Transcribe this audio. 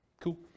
Cool